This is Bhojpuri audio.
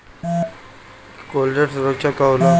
कोलेटरल सुरक्षा का होला?